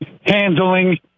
handling